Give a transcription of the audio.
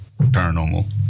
paranormal